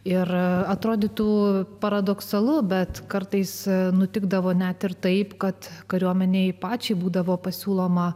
ir atrodytų paradoksalu bet kartais nutikdavo net ir taip kad kariuomenei pačiai būdavo pasiūloma